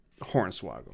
Hornswoggle